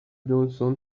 johnson